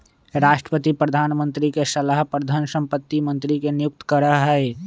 राष्ट्रपति प्रधानमंत्री के सलाह पर धन संपत्ति मंत्री के नियुक्त करा हई